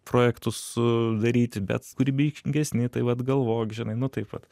projektus daryti bet kūrybingesni tai vat galvok žinai nu taip vat